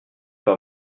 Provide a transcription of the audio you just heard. par